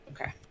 Okay